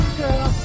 girl